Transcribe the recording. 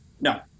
No